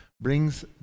brings